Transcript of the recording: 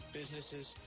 businesses